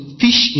fish